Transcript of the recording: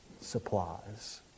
supplies